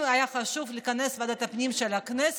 אם היה חשוב לכנס את ועדת הפנים של הכנסת,